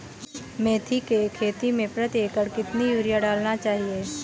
मेथी के खेती में प्रति एकड़ कितनी यूरिया डालना चाहिए?